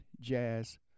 jazz